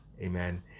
amen